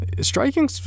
Striking